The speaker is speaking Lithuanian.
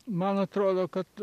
man atrodo kad